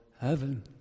heaven